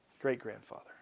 great-grandfather